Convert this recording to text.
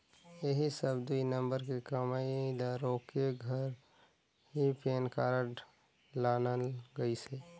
ऐही सब दुई नंबर के कमई ल रोके घर ही पेन कारड लानल गइसे